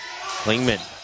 Klingman